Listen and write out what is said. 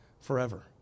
Forever